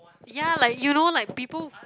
ya like you know like people